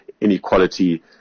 inequality